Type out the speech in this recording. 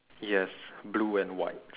yes blue and white